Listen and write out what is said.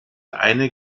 eine